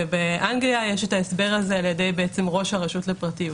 באנגליה יש את ההסבר הזה על ידי ראש הרשות לפרטיות.